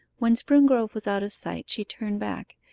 when springrove was out of sight she turned back,